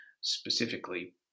specifically